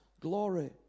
glory